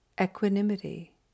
Equanimity